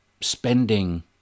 spending